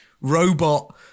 robot